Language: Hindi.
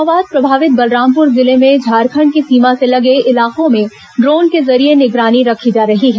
माओवाद प्रभावित बलरामपुर जिले में झारखंड की सीमा से लगे इलाकों में ड्रोन के जरिये निगरानी रखी जा रही है